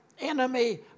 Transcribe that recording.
enemy